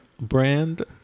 brand